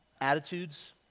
Attitudes